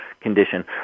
condition